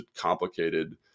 complicated